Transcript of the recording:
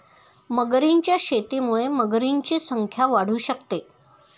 मगरींच्या शेतीमुळे मगरींची संख्या वाढू शकते